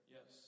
Yes